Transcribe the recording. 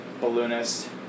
Balloonist